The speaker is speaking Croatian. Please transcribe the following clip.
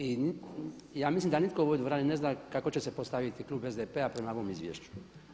I ja mislim da nitko u ovoj dvorani ne zna kako će se postaviti klub SDP-a prema ovom izvješću.